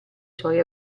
suoi